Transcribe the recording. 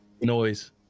Noise